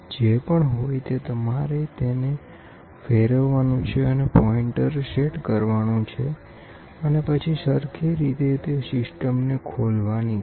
જે પણ હોય તે તમારે તેને ફેરવવાનું છે અને પોઇન્ટર સેટ કરવાનું છે અને પછી સરખી રીતે તે સિસ્ટમને ખોલવાની છે